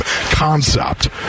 concept